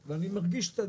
מורגנשטרן,